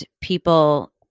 people